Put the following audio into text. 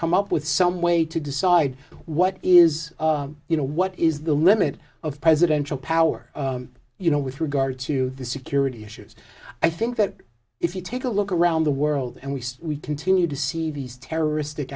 come up with some way to decide what is you know what is the limit of presidential power you know with regard to the security issues i think that if you take a look around the world and we see we continue to see these terroristic